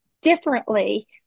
differently